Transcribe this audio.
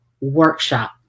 workshop